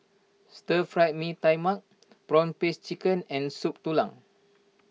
Stir Fry Mee Tai Mak Prawn Paste Chicken and Soup Tulang